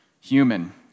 human